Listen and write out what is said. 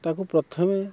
ତାକୁ ପ୍ରଥମେ